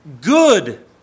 good